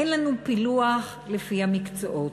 אין לנו פילוח לפי המקצועות.